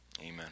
Amen